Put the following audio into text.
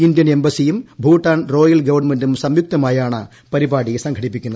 Indian എംബസിയും Bhutan royal ഗവൺമെന്റും സംയുക്തമായാണ് പരിപാടി സംഘടിപ്പിക്കുന്നത്